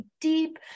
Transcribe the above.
deep